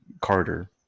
Carter